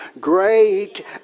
great